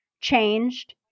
changed